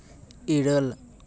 ᱤᱨᱟᱹᱞ